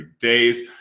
days